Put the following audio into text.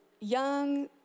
young